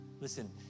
Listen